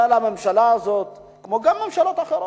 אבל הממשלה הזאת, כמו גם ממשלות אחרות,